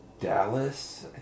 Dallas